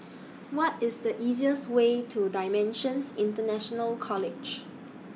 What IS The easiest Way to DImensions International College